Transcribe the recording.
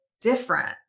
different